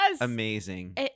Amazing